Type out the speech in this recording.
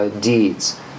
deeds